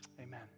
amen